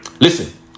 Listen